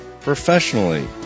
professionally